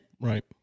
Right